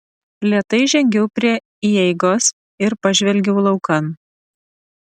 lėtai žengiau prie įeigos ir pažvelgiau laukan